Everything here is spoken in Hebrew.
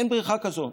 אין בריכה כזאת,